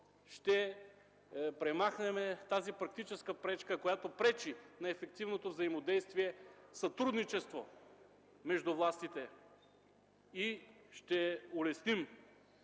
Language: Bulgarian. ще премахнем тази практическа пречка, която възпрепятства ефективното взаимодействие, сътрудничество между властите и ще улесним